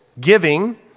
giving